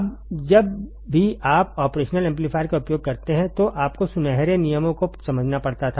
अब जब भी आप ऑपरेशनल एम्पलीफायर का उपयोग करते हैं तो आपको सुनहरे नियमों को समझना पड़ता था